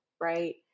right